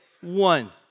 one